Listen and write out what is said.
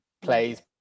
plays